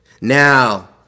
now